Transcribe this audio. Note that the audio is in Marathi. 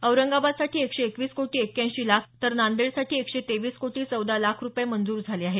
औरंगाबादसाठी एकशे एकवीस कोटी एक्क्याऐंशी लाख तर नांदेडसाठी एकशे तेवीस कोटी चौदा लाख रुपये मंजूर झाले आहेत